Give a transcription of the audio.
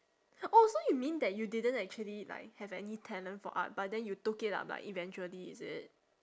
oh so you mean that you didn't actually like have any talent for art but then you took it up lah eventually is it